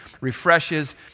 refreshes